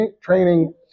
training